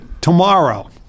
Tomorrow